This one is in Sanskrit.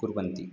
कुर्वन्ति